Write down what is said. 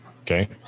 Okay